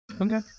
Okay